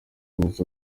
neza